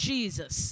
Jesus